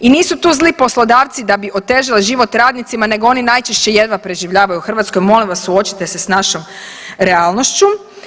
I nisu tu zli poslodavci da bi otežali život radnicima nego oni najčešće jedva preživljavaju u Hrvatskoj, molim vas suočite se s našom realnošću.